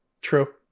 true